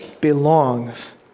belongs